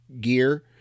gear